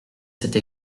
cette